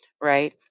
right